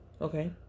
Okay